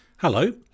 Hello